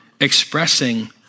expressing